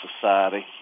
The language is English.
society